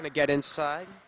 going to get inside